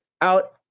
out